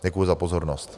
Děkuji za pozornost.